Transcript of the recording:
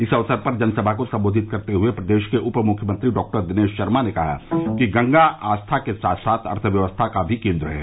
इस अवसर पर जनसमा को संबोधित करते हुए प्रदेश के उपमुख्यमंत्री डॉक्टर दिनेश शर्मा ने कहा कि गंगा आस्था के साथ साथ अर्थव्यवस्था का भी केंद्र है